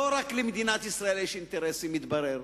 לא רק למדינת ישראל יש אינטרסים, מתברר.